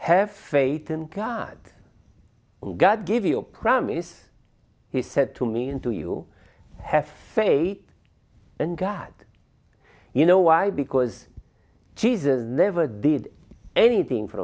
have faith in god god gave you a promise he said to me and do you have faith and god you know why because jesus never did anything for